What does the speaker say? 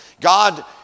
God